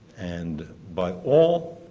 and by all